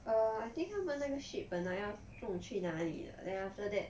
err I think 他们那个 ship 本来要不懂去哪里 then after that